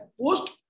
post